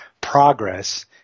progress